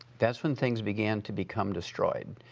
that's when things began to become destroyed,